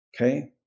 okay